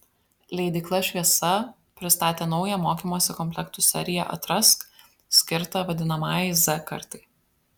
leidykla šviesa pristatė naują mokymosi komplektų seriją atrask skirtą vadinamajai z kartai